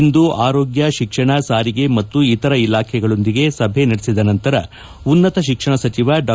ಇಂದು ಆರೋಗ್ಲ ಶಿಕ್ಷಣ ಸಾರಿಗೆ ಮತ್ತು ಇತರ ಇಲಾಖೆಗಳೊಂದಿಗೆ ಸಭೆ ನಡೆಸಿದ ನಂತರ ಉನ್ನತ ಶಿಕ್ಷಣ ಸಚಿವ ಡಾ